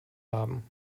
haben